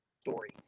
story